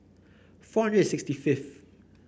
four hundred and sixty fifth